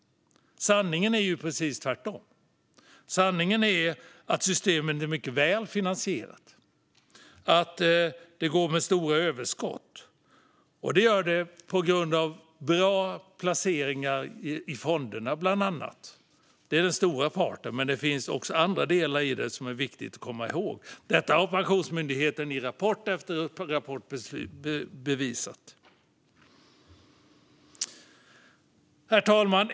Sanningen är precis tvärtom. Systemet är mycket väl finansierat. Det går med stora överskott. Det gör det på grund av bra placeringar i bland annat fonderna. Det är den stora parten, men det finns också andra delar som är viktiga att komma ihåg. Detta har Pensionsmyndigheten bevisat i rapport efter rapport. Herr talman!